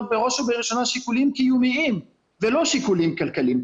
בראש ובראשונה אלה שיקולים קיומיים ולא שיקולים כלכליים.